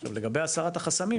עכשיו לגבי הסרת החסמים,